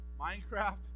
Minecraft